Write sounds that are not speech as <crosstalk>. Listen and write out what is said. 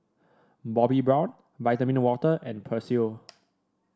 Bobbi Brown Vitamin Water and Persil <noise>